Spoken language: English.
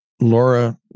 Laura